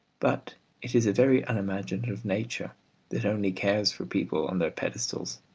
but it is a very unimaginative nature that only cares for people on their pedestals.